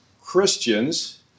Christians